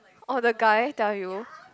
oh the guy tell you